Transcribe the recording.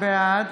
בעד